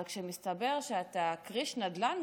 אבל כשמסתבר שעל הדרך אתה כריש נדל"ן